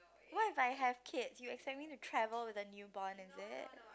what if I have kids you expect me to travel with the newborn is it